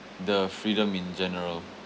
the freedom in general